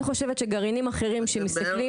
אני חושבת שגרעינים אחרים שמסתכלים.